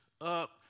up